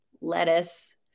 lettuce